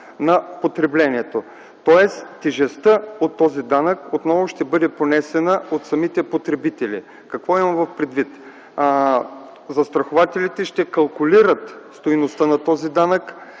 на потреблението, тоест тежестта от него отново ще бъде понесена от самите потребители. Какво имам предвид? Застрахователите ще калкулират стойността на този данък